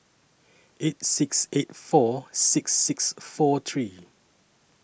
eight six eight four six six four three